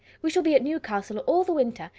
we shall be at newcastle all the winter,